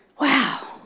Wow